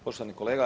Poštovani kolega.